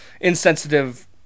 insensitive